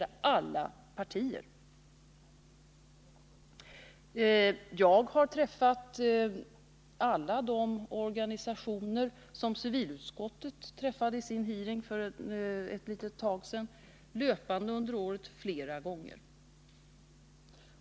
Jag har flera gånger under året träffat alla de organisationer som civilutskottet träffade vid sin hearing för ett tag sedan.